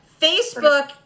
Facebook